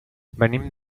venim